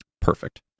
Perfect